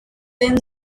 then